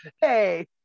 hey